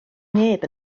neb